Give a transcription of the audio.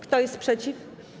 Kto jest przeciw?